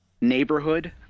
neighborhood